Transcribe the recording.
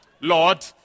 Lord